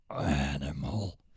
animal